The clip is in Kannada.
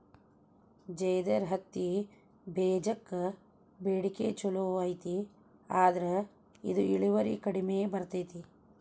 ಜೇದರ್ ಹತ್ತಿಬೇಜಕ್ಕ ಬೇಡಿಕೆ ಚುಲೋ ಐತಿ ಆದ್ರ ಇದು ಇಳುವರಿ ಕಡಿಮೆ ಬರ್ತೈತಿ